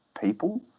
people